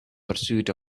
pursuit